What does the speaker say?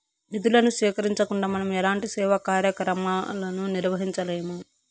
నిధులను సేకరించకుండా మనం ఎలాంటి సేవా కార్యక్రమాలను నిర్వహించలేము